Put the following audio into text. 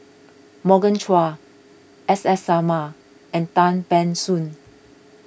Morgan Chua S S Sarma and Tan Ban Soon